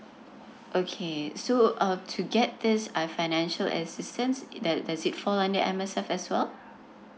okay so uh to get this financial assistance does does it fall under M_S_F as well